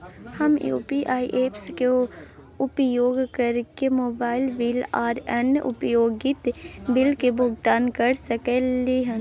हम UPI apps के उपयोग कैरके मोबाइल बिल आर अन्य उपयोगिता बिल के भुगतान कैर सकलिये हन